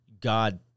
God